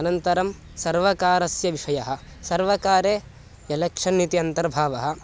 अनन्तरं सर्वकारस्य विषयः सर्वकारे एलेक्षन् इति अन्तर्भावः